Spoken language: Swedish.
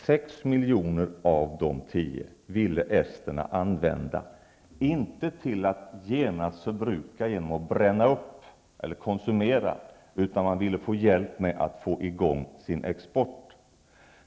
Sex miljoner av dessa tio ville esterna inte använda till att genast förbruka genom att bränna upp eller konsumera, utan man ville få hjälp med att få i gång sin export.